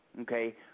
Okay